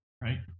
right